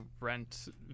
rent